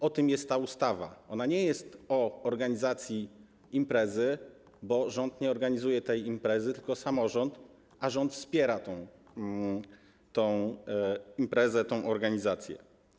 O tym jest ta ustawa, ona nie jest o organizacji imprezy, bo rząd nie organizuje tej imprezy, tylko samorząd, a rząd wspiera tę imprezę, tę organizację.